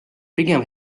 pigem